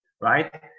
right